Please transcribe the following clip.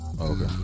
Okay